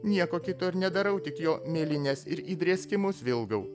nieko kito ir nedarau tik jo mėlynes ir įdrėskimus vilgau